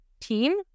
team